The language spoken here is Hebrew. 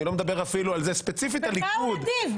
אני לא מדבר אפילו על זה ספציפית הליכוד --- במה הוא נדיב?